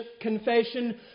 confession